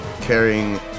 carrying